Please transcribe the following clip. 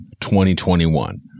2021